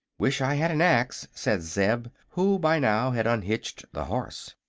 wish i had an axe, said zeb, who by now had unhitched the horse.